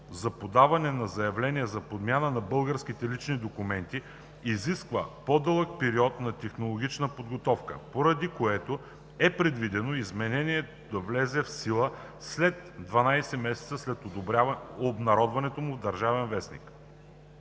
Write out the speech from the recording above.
за подаване на заявления за подмяна на българските лични документи изисква по дълъг период на технологична подготовка, поради което е предвидено изменението да влезе в сила след 12 месеца, след обнародването му в „Държавен вестник”.